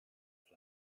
flag